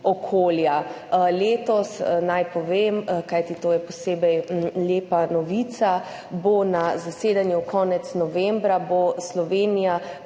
okoljem. Letos, naj povem, kajti to je posebej lepa novica, bo na zasedanju konec novembra prav na